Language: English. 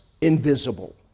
invisible